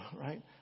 right